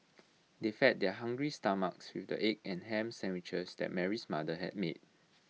they fed their hungry stomachs with the egg and Ham Sandwiches that Mary's mother had made